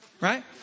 right